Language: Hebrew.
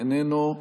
איננו,